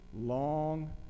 long